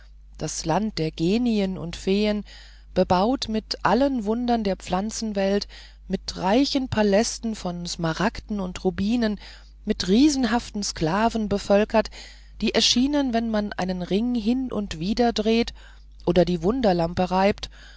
das land der genien und feen bebaut mit allen wundern der pflanzenwelt mit reichen palästen von smaragden und rubinen mit riesenhaften sklaven bevölkert die erschienen wenn man einen ring hin und wider dreht oder die wunderlampe reibt